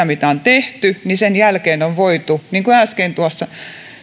mitä on tehty on seuraukset voitu todeta niin kuin äsken tuossa